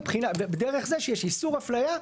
דרך זה שיש איסור אפליה.